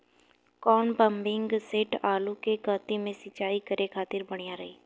कौन pumping set आलू के कहती मे सिचाई करे खातिर बढ़िया रही?